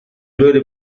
böyle